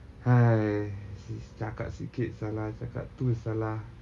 !hais! cakap sikit salah cakap tu salah